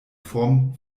form